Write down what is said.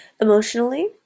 emotionally